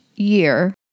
year